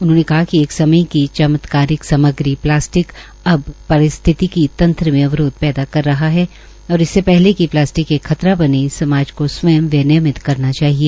उन्होंने कहा कि कए समय की चमत्कारिक सामग्री प्लस्टिक अब पारिस्थितिकी तंत्र में अवरोध पैदा कर रहा है और इससे पहले कि प्लास्टिक एक खतरा बने समाज को स्वयं विनियमित करना चाहिए